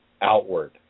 outward